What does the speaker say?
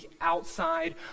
outside